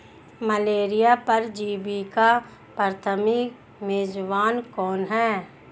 Malaria परजीवी का प्राथमिक मेजबान कौन है?